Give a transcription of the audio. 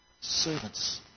servants